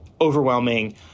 overwhelming